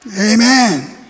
Amen